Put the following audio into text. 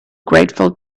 grateful